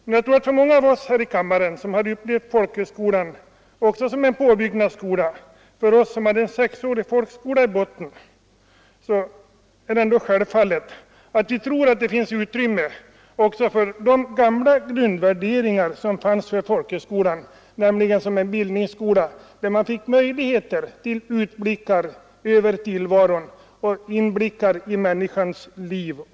Men många av oss här i kammaren som bara har haft en sexårig folkskola i botten och som har upplevt folkhögskolan som en påbyggnadsskola, tror ändå att det finns utrymme också för den gamla grundvärderingen att folkhögskolan är en bildningsskola, där man får möjligheter till utblickar över tillvaron och inblickar i människans liv.